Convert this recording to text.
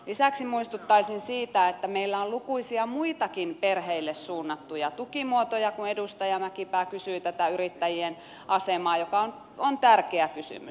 lisäksi muistuttaisin siitä että meillä on lukuisia muitakin perheille suunnattuja tukimuotoja kun edustaja mäkipää kysyi tästä yrittäjien asemasta joka on tärkeä kysymys